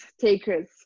takers